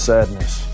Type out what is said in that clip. Sadness